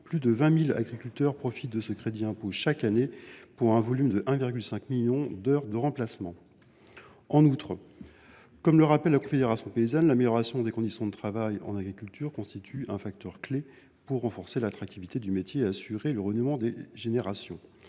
plus de 20 000 agriculteurs profitent de ce crédit d’impôt, pour un volume global de 1,5 million d’heures de remplacement. En outre, comme le rappelle la Confédération paysanne, l’amélioration des conditions de travail dans le monde agricole constitue un facteur clé de renforcement de l’attractivité du métier et de renouvellement des générations.